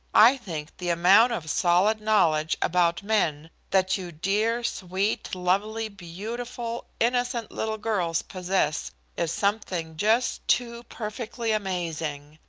i think the amount of solid knowledge about men that you dear, sweet, lovely, beautiful, innocent little girls possess is something just too perfectly amazing!